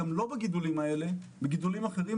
גם לא בגידולים האלה - גידולים אחרים,